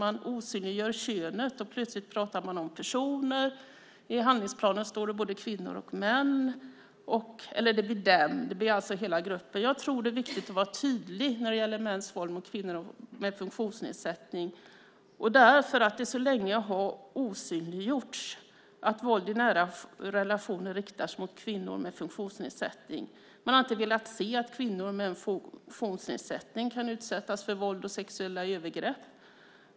Man osynliggör könet och talar plötsligt om "personer". I handlingsplanen står det om både kvinnor och män. Det blir hela gruppen. Det är viktigt att vara tydlig när det gäller mäns våld mot kvinnor med funktionsnedsättning, därför att det så länge har osynliggjorts att våld i nära relationer riktas mot kvinnor med funktionsnedsättning. Man har inte velat inse att kvinnor med funktionsnedsättning kan utsättas för våld och sexuella övergrepp.